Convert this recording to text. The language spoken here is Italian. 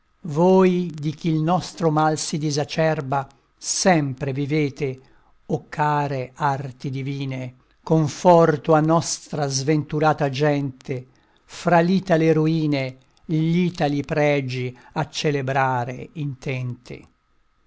voi di ch'il nostro mal si disacerba sempre vivete o care arti divine conforto a nostra sventurata gente fra l'itale ruine gl'itali pregi a celebrare intente